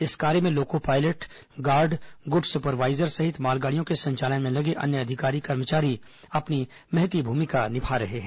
इस कार्य में loco pilot guard goods supervisor सहित मालगाड़ियों के संचालन में लगे अन्य अधिकारी कर्मचारी अपनी महती भूमिका निभा रहे हैं